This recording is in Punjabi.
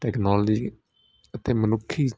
ਟੈਕਨੋਲਜੀ ਅਤੇ ਮਨੁੱਖੀ ਜੀਵਨ